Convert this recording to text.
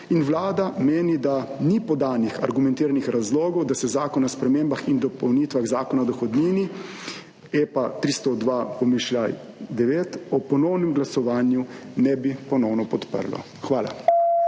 Vlada meni, da ni podanih argumentiranih razlogov, da se Zakon o spremembah in dopolnitvah Zakona o dohodnini EPA 302-9 ob ponovnem glasovanju ne bi ponovno podprlo. Hvala.